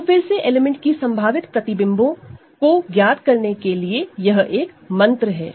तो फिर से एलिमेंट की संभावित इमेज को ज्ञात करने के लिए यह एक मंत्र है